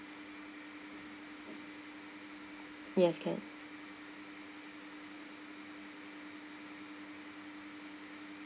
yes can